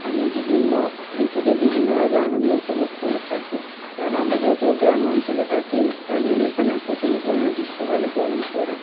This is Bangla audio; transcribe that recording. আমি বিভিন্ন ঋতুতে বিভিন্নভাবে আনন্দ উপভোগ করে থাকি যেমন আমরা যেহতু গ্রাম অঞ্চলে থাকি তাই জন্যে এখানে প্রচণ্ড পরিমাণে গীষ্মকালে গরম পড়ে